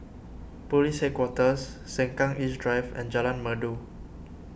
Police Headquarters Sengkang East Drive and Jalan Merdu